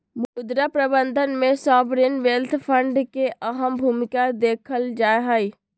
मुद्रा प्रबन्धन में सॉवरेन वेल्थ फंड के अहम भूमिका देखल जाहई